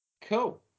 Cool